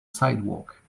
sidewalk